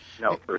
No